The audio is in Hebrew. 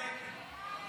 המלצת